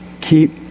Keep